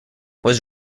was